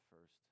first